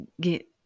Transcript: get